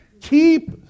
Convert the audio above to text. keep